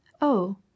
Oh